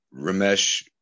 Ramesh